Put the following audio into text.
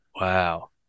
Wow